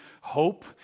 hope